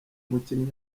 mukinnyi